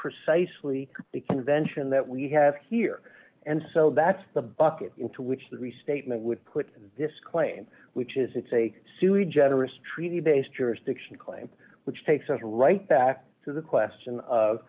precisely the convention that we have here and so that's the bucket into which the restatement would put this claim which is it's a sewage generous treaty based jurisdiction claim which takes us right back to the question of